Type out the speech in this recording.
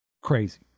crazy